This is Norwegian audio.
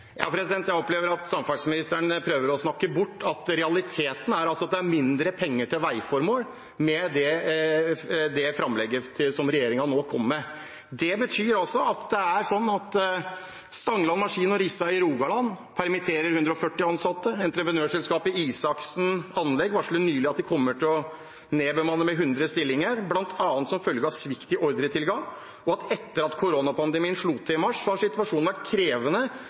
Jeg opplever at samferdselsministeren prøver å snakke bort realiteten, at det er mindre penger til veiformål med det framlegget som regjeringen nå kom med. Det betyr at Stangeland Maskin AS og Risa AS i Rogaland permitterer 140 ansatte. Entreprenørselskapet Isachsen Anlegg varslet nylig at de kommer til å nedbemanne med 100 stillinger, bl.a. som følge av svikt i ordretilgang og at etter at koronapandemien slo til i mars har situasjonen vært krevende